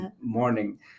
morning